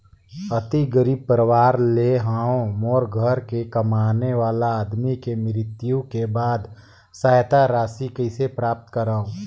अति गरीब परवार ले हवं मोर घर के कमाने वाला आदमी के मृत्यु के बाद सहायता राशि कइसे प्राप्त करव?